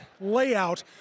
layout